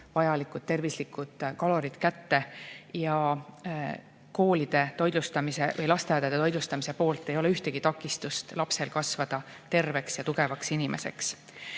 vajalikud tervislikud kalorid kätte ja koolide või lasteaedade toitlustamise vaates ei ole ühtegi takistust lapsel kasvada terveks ja tugevaks inimeseks.